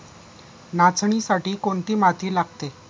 नाचणीसाठी कोणती माती लागते?